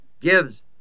gives